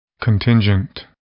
Contingent